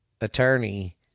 attorney